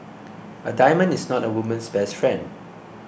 a diamond is not a woman's best friend